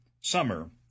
Summer